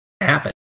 happen